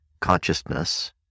Consciousness